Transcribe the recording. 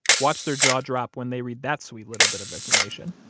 watch their jaw drop when they read that sweet little bit of information,